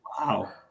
Wow